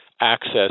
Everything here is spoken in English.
access